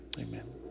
amen